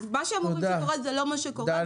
אז מה שהם אומרים זה לא מה שקורה.